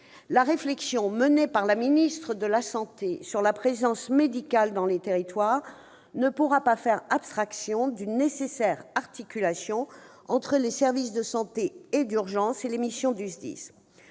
La réflexion menée par la ministre des solidarités et de la santé sur la présence médicale dans les territoires ne pourra pas faire abstraction d'une nécessaire articulation entre les services de santé et d'urgence et les missions des SDIS.